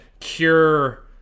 cure